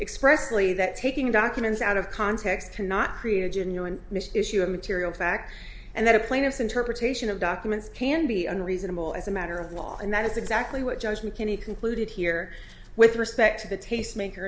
expressly that taking documents out of context cannot create a genuine issue of material fact and that a plaintiff's interpretation of documents can be unreasonable as a matter of law and that is exactly what judge mckinney concluded here with respect to the tastemaker